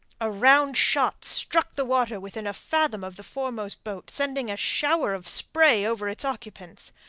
a round shot struck the water within a fathom of the foremost boat, sending a shower of spray over its occupants.